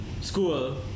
School